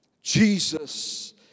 Jesus